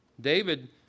David